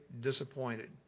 disappointed